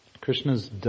Krishna's